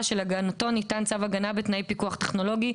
שלהגנתו ניתן צו הגנה בתנאי פיקוח טכנולוגי,